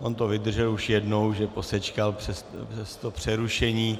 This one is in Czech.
On to vydržel už jednou, že posečkal přes to přerušení.